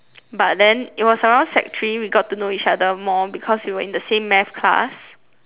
but then it was around sec three we got to know each other more because we were in the same math class